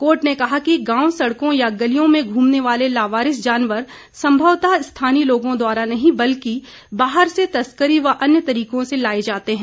court ने कहा कि गांव सड़कों या गलियों में घूमने वाले लावारिस जानवर संभवतः स्थानीय लोगों द्वारा नहीं बल्कि बाहर से तस्करी व अन्य तरीकों से लाये जाते हैं